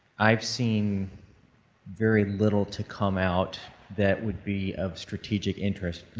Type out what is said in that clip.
i have seen very little to come out that would be of strategic interest.